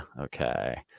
okay